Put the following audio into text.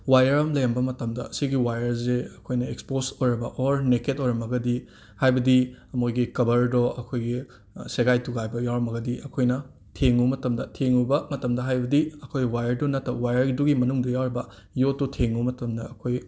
wire ꯑꯃ ꯂꯩꯔꯝꯕ ꯃꯇꯝꯗ ꯑꯁꯤꯒꯤ ꯋꯥꯏꯌꯔꯁꯦ ꯑꯩꯈꯣꯏꯅ ꯑꯦꯛꯁꯁ꯭ꯄꯣꯁ ꯑꯣꯏꯔꯕ ꯑꯣꯔ ꯅꯦꯀꯦꯠ ꯑꯣꯏꯔꯒꯗꯤ ꯍꯥꯏꯕꯗꯤ ꯃꯣꯏꯒꯤ ꯀꯕꯔꯗꯣ ꯑꯩꯈꯣꯏꯒꯤ ꯁꯦꯒꯥꯏ ꯇꯨꯒꯥꯏꯕ ꯌꯥꯎꯔꯝꯃꯒꯗꯤ ꯑꯩꯈꯣꯏꯅ ꯊꯦꯡꯉꯨ ꯃꯇꯝꯗ ꯊꯦꯡꯉꯨꯕ ꯃꯇꯝꯗ ꯍꯥꯏꯕꯗꯤ ꯑꯩꯈꯣꯏ ꯋꯥꯏꯌꯔꯗꯨ ꯅꯠꯇꯕ ꯋꯥꯏꯌꯔꯗꯨꯒꯤ ꯃꯅꯨꯡꯗ ꯌꯥꯎꯔꯤꯕ ꯌꯣꯠꯇꯨ ꯊꯦꯡꯉꯨ ꯃꯇꯝꯗ ꯑꯩꯈꯣꯏꯒꯤ